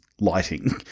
lighting